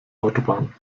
autobahn